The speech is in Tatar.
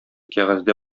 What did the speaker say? кәгазьдә